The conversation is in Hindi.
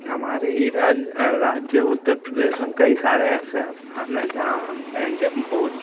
हमारे ही राज्य राज्य उत्तर प्रदेश में कई सारे ऐसे स्थान हैं जहाँ हमें बहुत